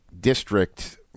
district